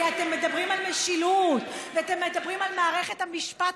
כי אתם מדברים על משילות ואתם מדברים על מערכת המשפט,